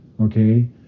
Okay